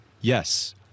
Yes